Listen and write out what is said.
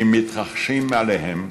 הם מתרחשים מאליהם,